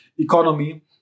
economy